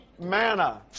manna